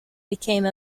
became